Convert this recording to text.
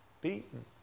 beaten